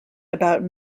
about